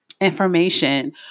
information